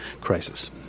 crisis